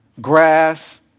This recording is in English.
grass